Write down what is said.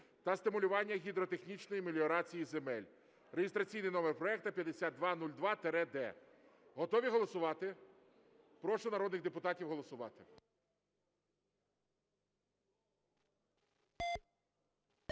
та стимулювання гідротехнічної меліорації земель (реєстраційний номер проекту 5202-д). Готові голосувати? Прошу народних депутатів голосувати.